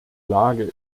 lage